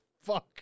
fuck